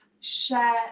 share